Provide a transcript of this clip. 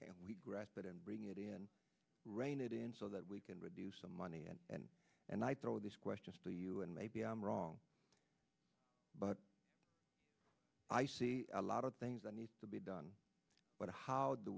can we grasp it and bring it in rein it in so that we can reduce the money and and i throw this question for you and maybe i'm wrong but i see a lot of things that need to be done but how do